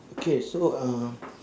okay so uh